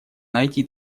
найти